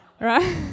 Right